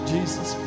Jesus